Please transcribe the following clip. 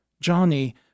Johnny